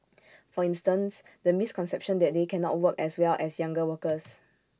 for instance the misconception that they cannot work as well as younger workers